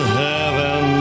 heaven